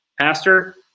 Pastor